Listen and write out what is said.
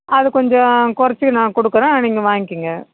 அது கொஞ்சம் குறச்சி நான் கொடுக்கறேன் நீங்கள் வாங்கிக்கங்க